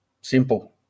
simple